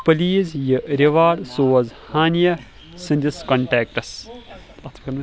please یہِ ریواڑ سوز ہانِیہ سٕنٛدِس کنٹیکٹَس